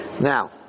Now